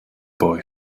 boy